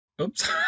Oops